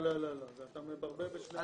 לא, אתה מבלבל, מדובר בין שני מוסדות.